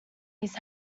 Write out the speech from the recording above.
he’s